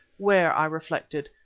where, i reflected,